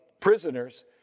prisoners